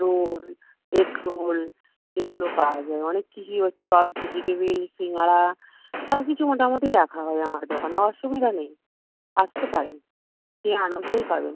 role egg roll এগুলো পাওয়া যায় অনেক কিছুই চপ ভেজিটেবিল সিঙাড়া সব কিছু মোটামুটি রাখা হয় আমার দোকানে অসুবিধা নেই আসতে পারেন আপনি আনন্দই পাবেন